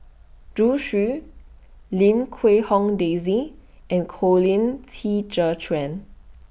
Zhu Xu Lim Quee Hong Daisy and Colin Qi Zhe Quan